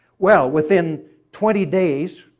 well within twenty days,